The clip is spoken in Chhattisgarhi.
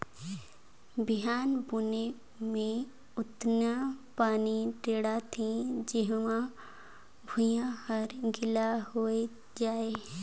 बिहन बुने मे अतनी पानी टेंड़ थें जेम्हा भुइयां हर गिला होए जाये